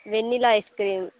vanilla ice cream